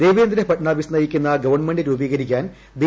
ദേവേന്ദ്ര ഫഡ്നാവിസ് നയിക്കുന്ന ഗവൺമെന്റ് രൂപീകരിക്കാൻ ബി